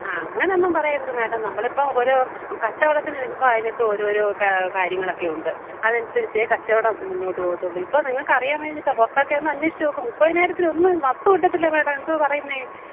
അങ്ങനൊന്നും പറയരുത് മേഡം നമ്മൾ ഇപ്പോൾ ഒരു കച്ചവടത്തിനിരിക്കുമ്പോൾ അതിനൊക്കെ ഓരോരോ കാര്യങ്ങളൊക്കെയുണ്ട് അതിനനുസരിച്ചേ കച്ചവടം മുന്നോട്ട് പോകത്തുള്ളൂ ഇപ്പം നിങ്ങൾക്ക് അറിയാൻ വയ്യാഞ്ഞിട്ടാണ് പുറത്തൊക്കെ ഒന്ന് അന്വേഷിച്ചു നോക്ക് മുപ്പതിനായിരത്തിനൊന്നും ഒരു വസ്തു കിട്ടത്തില്ല മേടം എന്തുവാണ് ഈ പറയുന്നത്